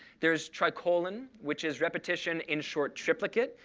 there's tricolon, which is repetition in short triplicate.